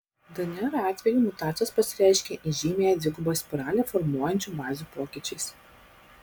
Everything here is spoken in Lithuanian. dnr atveju mutacijos pasireiškia įžymiąją dvigubą spiralę formuojančių bazių pokyčiais